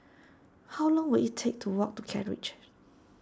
how long will it take to walk to Kent Ridge